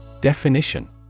Definition